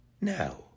Now